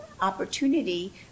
opportunity